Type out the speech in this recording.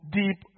deep